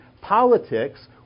politics